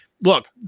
Look